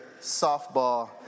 softball